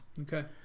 Okay